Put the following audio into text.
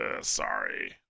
Sorry